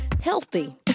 healthy